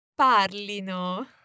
parlino